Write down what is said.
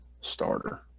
starter